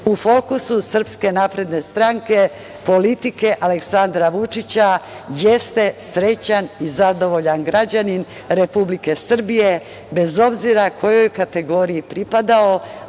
U fokusu SNS, politike Aleksandra Vučića jeste srećan i zadovoljan građanin Republike Srbije, bez obzira kojoj kategoriji pripadao,